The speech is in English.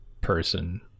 person